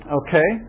okay